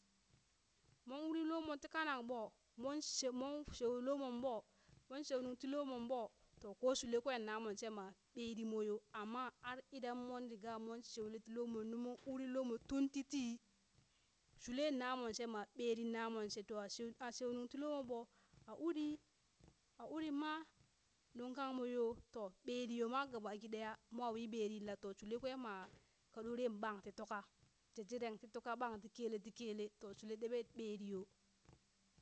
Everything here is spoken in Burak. Mon uri lomo ti kanak ɓo mon she mon sheu lomonɓo mon sheu nuŋ ti lomon ɓo to ko shule kwen namon she ma ɓeri moyo amma ar idan mon riga mon shuele ti lomon nu mon uri lomo tun ti tii shule namon shema ɓeri namon she to a sheu a shue nung ti lomo ɓo a uri a uri ma nungka mo yo, to ɓeri yo ma gabaki daya mwa wi ɓerin la, to shule kwe ma ka ɗoren ɓang ti tuka jejiren ti tuka ɓan ti kele ti kele to shule ɗeɓe ɓeri yo.